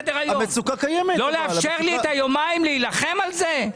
לא לאפשר לי את היומיים להילחם על זה?